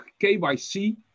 KYC